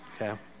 Okay